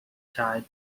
child